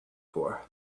for